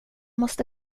måste